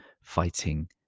fighting